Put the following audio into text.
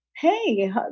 Hey